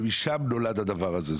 משם נולד הדבר הזה.